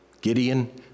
Gideon